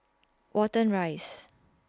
Watten Rise